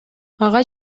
ага